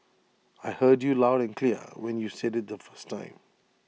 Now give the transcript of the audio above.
I heard you loud and clear when you said IT the first time